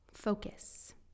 focus